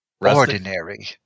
Ordinary